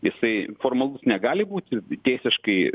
jisai formalus negali būti teisiškai